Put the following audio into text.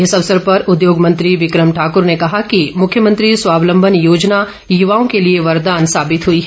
इस अवसर पर उद्योग मंत्री विक्रम ठाकुर ने कहा कि मुख्यमंत्री स्वावलम्बन योजना युवाओं के लिए वरदान साबित हुई है